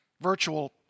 virtual